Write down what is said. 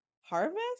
harvest